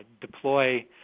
deploy